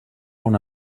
una